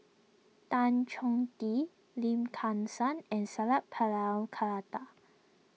Tan Chong Tee Lim come San and Sat Pal Khattar